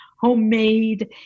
homemade